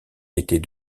était